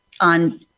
on